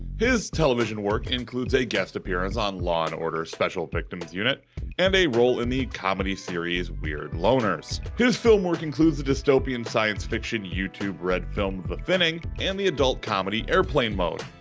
his television work includes a guest appearance on law and order special victims unit and a role in the comedy series weird loners. his film work includes the dystopian science fiction youtube red film the thinning and the adult comedy airplane mode.